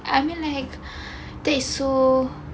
I mean like this is so